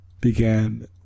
began